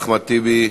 אחמד טיבי.